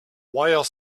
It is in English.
while